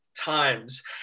times